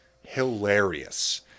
hilarious